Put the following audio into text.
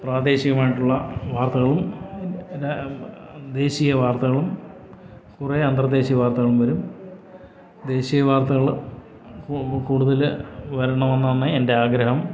പ്രാദേശികമായിട്ടുള്ള വാർത്തകളും പിന്നെ ദേശീയ വാർത്തകളും കുറേ അന്തർദേശിയ വാർത്തകളും വരും ദേശിയ വാർത്തകൾ കൂടുതൽ വരണമെന്നാണ് എൻ്റെ ആഗ്രഹം